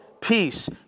peace